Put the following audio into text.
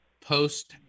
post